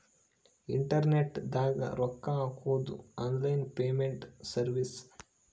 internet ದಾಗ ರೊಕ್ಕ ಹಾಕೊದು ಆನ್ಲೈನ್ ಪೇಮೆಂಟ್ ಸರ್ವಿಸ್